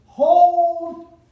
Hold